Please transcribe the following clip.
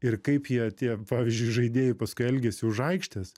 ir kaip jie tie pavyzdžiui žaidėjai paskui elgiasi už aikštės